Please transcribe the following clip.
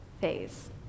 phase